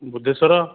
Budheswar